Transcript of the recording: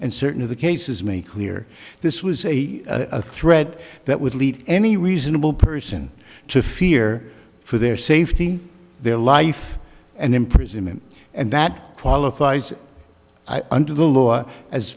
and certain of the cases me clear this was a threat that would lead any reasonable person to fear for their safety their life and imprisonment and that qualifies under the law as